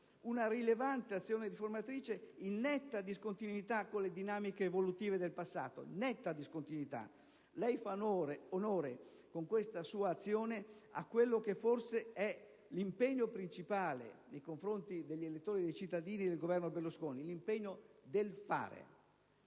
una rilevante azione riformatrice, in netta discontinuità con le dinamiche evolutive del passato. Lei fa onore con questa sua azione a quello che forse è l'impegno principale nei confronti dei cittadini del Governo Berlusconi: l'impegno del fare.